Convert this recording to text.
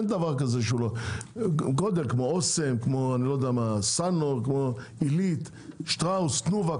כמו אוסם, סנו, עלית, שטראוס, תנובה.